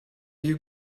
you